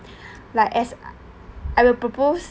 like as I'll propose